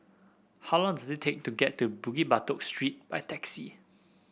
how long it take to get to Bukit Batok Street by taxi